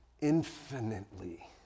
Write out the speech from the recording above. infinitely